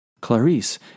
Clarice